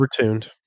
overtuned